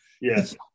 Yes